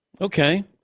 Okay